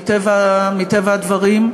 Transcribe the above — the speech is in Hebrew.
מטבע הדברים,